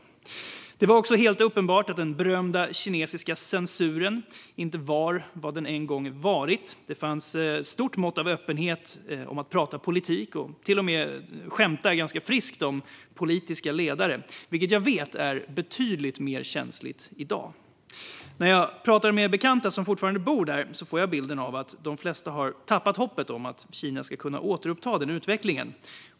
Det var också helt uppenbart att den berömda kinesiska censuren inte var vad den en gång varit. Det fanns ett stort mått av öppenhet när det gällde att prata politik. Man kunde till och med skämta ganska friskt om politiska ledare. Jag vet att det är betydligt mer känsligt i dag. När jag pratar med bekanta som fortfarande bor där får jag bilden av att de flesta har tappat hoppet om att Kina ska kunna återuppta den utvecklingen.